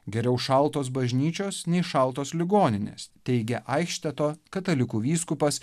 geriau šaltos bažnyčios nei šaltos ligoninės teigia aišteto katalikų vyskupas